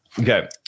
Okay